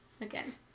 Again